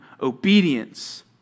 obedience